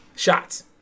Shots